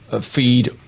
feed